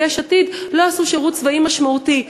יש עתיד לא עשו שירות צבאי משמעותי,